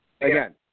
Again